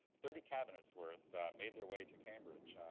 thirty cabinets worth made their way to cambridge.